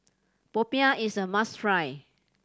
popiah is a must try